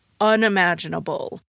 Unimaginable